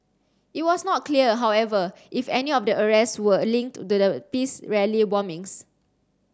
it was not clear however if any of the arrests were linked to the peace rally bombings